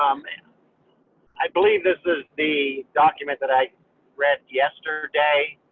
um and i believe this is the document that i read yesterday.